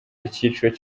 icyiciro